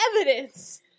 evidence